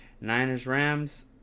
Niners-Rams